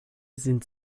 sind